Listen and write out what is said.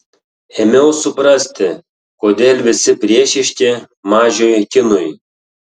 ėmiau suprasti kodėl visi priešiški mažiui kinui